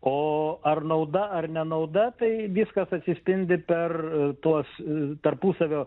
o ar nauda ar ne nauda tai viskas atsispindi per tuos tarpusavio